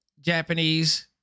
japanese